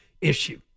issue